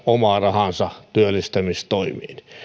omaa rahaansa työllistämistoimiin